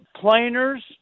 planers